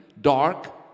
dark